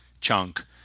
chunk